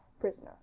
prisoner